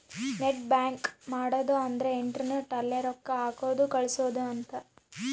net banking ಮಾಡದ ಅಂದ್ರೆ internet ಅಲ್ಲೆ ರೊಕ್ಕ ಹಾಕೋದು ಕಳ್ಸೋದು ಅಂತ